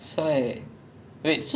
!wah! it's like ya lah like